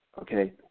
okay